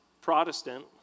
Protestant